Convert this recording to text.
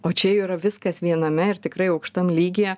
o čia yra viskas viename ir tikrai aukštam lygyje